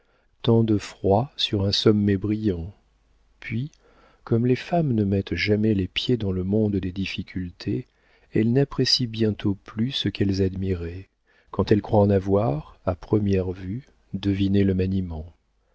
tant de froid sur un sommet brillant puis comme les femmes ne mettent jamais les pieds dans le monde des difficultés elles n'apprécient bientôt plus ce qu'elles admiraient quand elles croient en avoir à première vue deviné le maniement